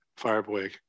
Fireboy